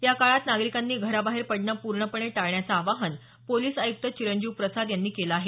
या काळात नागरिकांनी घराबाहेर पडणं पूर्णपणे टाळण्याचं आवाहन पोलीस आयुक्त चिरंजीव प्रसाद यांनी केलं आहे